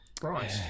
right